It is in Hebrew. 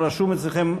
זה לא רשום אצלכם,